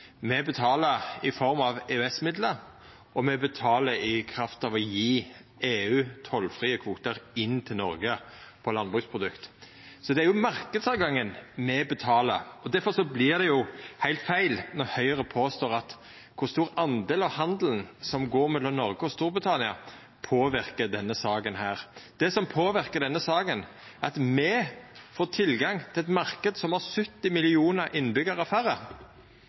Me betalar i form av EØS-midlar, og me betalar i kraft av å gje EU tollfrie kvotar inn til Noreg på landbruksprodukt. Så det er jo marknadstilgangen me betalar for, og derfor vert det heilt feil når Høgre påstår at kor stor andel av handelen som går mellom Noreg og Storbritannia, påverkar denne saka. Det som påverkar denne saka, er at me får tilgang til ein marknad som har 70 millionar færre innbyggjarar,